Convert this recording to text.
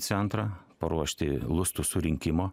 centrą paruošti lustų surinkimo